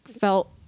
felt